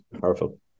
powerful